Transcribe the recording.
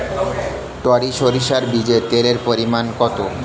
টরি সরিষার বীজে তেলের পরিমাণ কত?